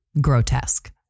grotesque